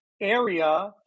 area